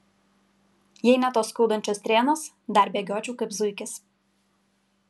jei ne tos skaudančios strėnos dar bėgiočiau kaip zuikis